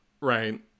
Right